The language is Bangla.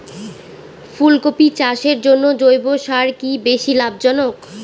ফুলকপি চাষের জন্য জৈব সার কি বেশী লাভজনক?